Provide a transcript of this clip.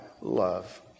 love